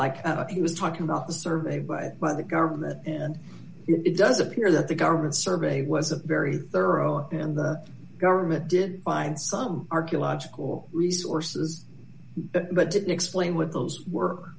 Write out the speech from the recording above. like he was talking about the survey by the government and it does appear that the government survey was a very thorough and the government did find some archaeological resources but didn't explain with those work